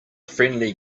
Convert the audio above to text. friendly